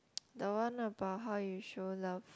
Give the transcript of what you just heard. the one about how you show love